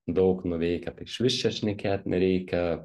daug nuveikę tai išvis čia šnekėt nereikia